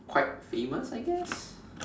quite famous I guess